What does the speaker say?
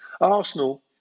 Arsenal